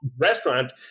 restaurant –